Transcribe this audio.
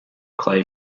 clay